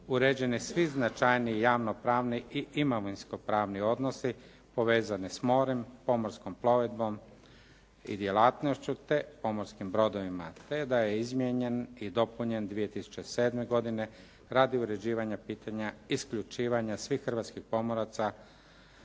uređeni svi značajniji javno-pravni i imovinsko-pravni odnosi povezani s morem, pomorskom plovidbom i djelatnošću te pomorskim brodovima, te da je izmijenjen i dopunjen 2007. godine radi uređivanja pitanja uključivanja svih hrvatskih pomoraca